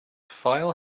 file